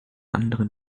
anderen